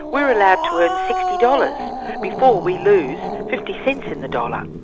we're allowed to earn sixty dollars before we lose fifty cents in the dollar.